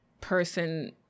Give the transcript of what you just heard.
person